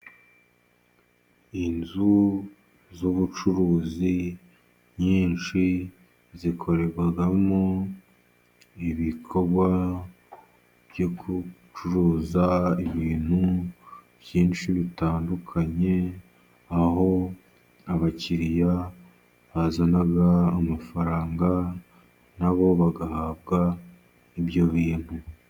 Inzu z'ubucuruzi nyinshi zikorerwamo ibikorwa byo gucuruza ibintu byinshi bitandukanye, aho abakiriya bazana amafaranga nabo bagahabwa ibyo bintu.